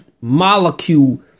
molecule